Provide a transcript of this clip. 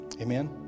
Amen